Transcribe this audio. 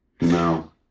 no